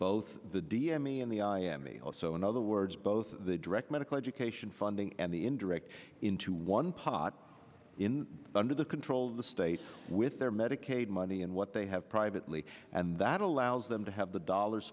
both the d m me in the eye and me also in other words both the direct medical education funding and the indirect into one pot in under the control of the state with their medicaid money and what they have privately and that allows them to have the dollars